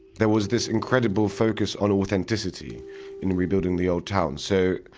there was this incredible focus on authenticity in rebuilding the old town. so,